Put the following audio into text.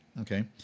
okay